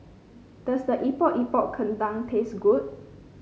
does the Epok Epok Kentang taste good